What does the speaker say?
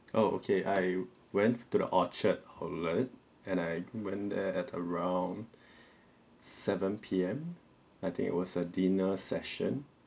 oh okay I went to the orchard outlet and I went there at around seven PM I think it was a dinner session